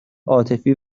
عاطفی